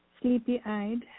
sleepy-eyed